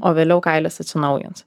o vėliau kailis atsinaujins